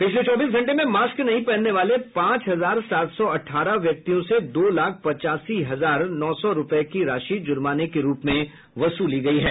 पिछले चौबीस घंटे में मास्क नहीं पहनने वाले पांच हजार सात सौ अठारह व्यक्तियों से दो लाख पचासी हजार नौ सौ रूपये की राशि जुर्माने के रूप में वसूली गयी है